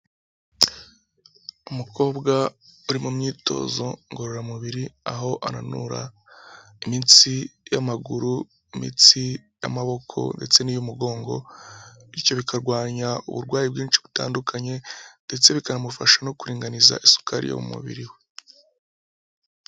Umukobwa uri mu myitozo ngororamubiri, aho ananura iminsi y'amaguru, imitsi y'amaboko ndetse n'iy'umugongo, bityo bikarwanya uburwayi bwinshi butandukanye ndetse bikanamufasha no kuringaniza isukari yo mu mubiri we.